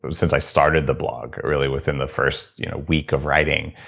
but since i started the blog, really within the first week of writing.